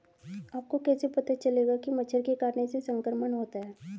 आपको कैसे पता चलेगा कि मच्छर के काटने से संक्रमण होता है?